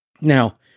Now